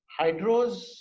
hydros